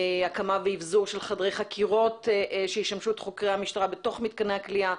הקמה ואבזור של חדרי חקירות שישמשו את חוקרי המשטרה בתוך מתקני הכליאה.